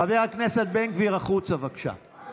חבר הכנסת בן גביר, החוצה, בבקשה.